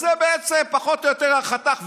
אז זה בעצם, פחות או יותר, החתך.